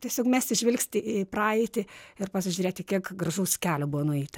tiesiog mesti žvilgsnį į praeitį ir pasižiūrėti kiek gražaus kelio buvo nueita